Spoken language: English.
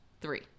three